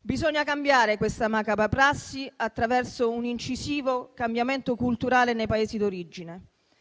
bisogna cambiare questa macabra prassi attraverso un incisivo cambiamento culturale nei Paesi d'origine.